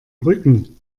rücken